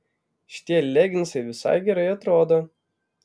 šitie leginsai visai gerai atrodo